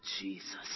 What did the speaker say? Jesus